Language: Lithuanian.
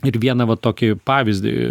ir vieną va tokį pavyzdį